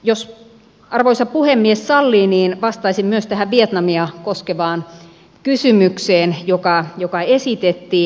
jos arvoisa puhemies sallii niin vastaisin myös tähän vietnamia koskevaan kysymykseen joka esitettiin